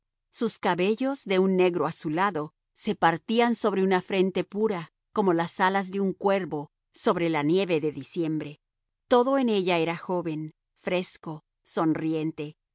sus cabellos de un negro azulado se partían sobre una frente pura como las alas de un cuervo sobre la nieve de diciembre todo en ella era joven fresco sonriente